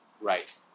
Right